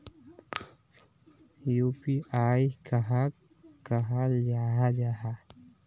UPI कहाक कहाल जाहा जाहा?